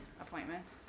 appointments